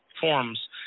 forms